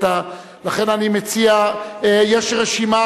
לכן אני מציע: יש רשימה,